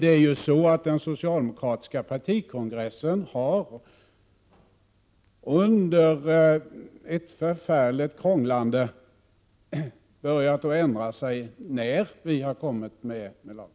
Det är ju så att den socialdemokratiska partikongressen under ett förfärligt krånglande har börjat att ändra sig, när vi har kommit med lagförslag.